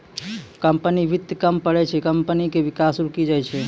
company वित्त कम पड़ै से कम्पनी के विकास रुकी जाय छै